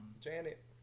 Janet